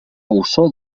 ossó